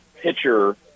pitcher